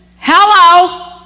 Hello